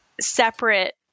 separate